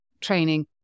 training